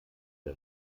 der